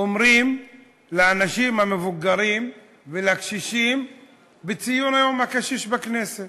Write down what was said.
אומרים לאנשים המבוגרים ולקשישים בציון יום הקשיש בכנסת?